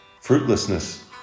fruitlessness